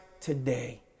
today